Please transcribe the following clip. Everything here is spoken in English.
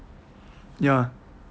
ya